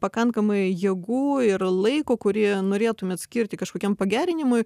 pakankamai jėgų ir laiko kurį norėtumėt skirti kažkokiam pagerinimui